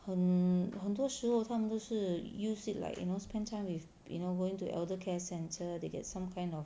很很多时候他们都是 use it like you know spend time with you know going to eldercare centre they get some kind of